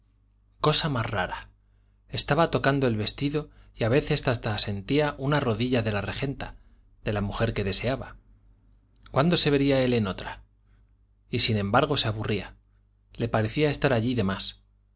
cosa más rara estaba tocando el vestido y a veces hasta sentía una rodilla de la regenta de la mujer que deseaba cuándo se vería él en otra y sin embargo se aburría le parecía estar allí de más